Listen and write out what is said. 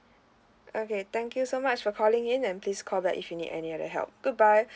okay thank you so much for calling in and please call back if you need any other help goodbye